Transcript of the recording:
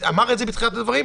ואמר את זה בתחילת הדברים,